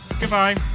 goodbye